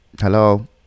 hello